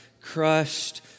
crushed